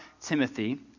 Timothy